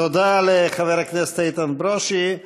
תודה לחבר הכנסת איתן ברושי.